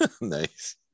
Nice